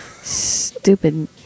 Stupid